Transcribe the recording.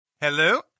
Hello